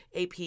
AP